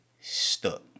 stuck